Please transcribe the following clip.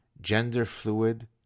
gender-fluid